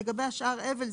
לגבי השאר אבל,